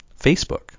Facebook